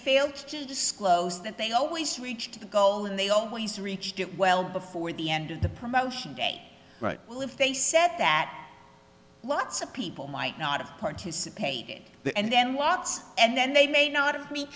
failed to disclose that they always reached the goal and they always reach get well before the end of the promotion day well if they said that lots of people might not have participated the end then watts and then they may not